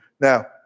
Now